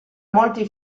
molti